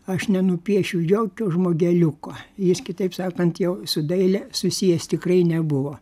aš nenupiešiu jokio žmogeliuko jis kitaip sakant jau su daile susijęs tikrai nebuvo